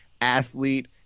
athlete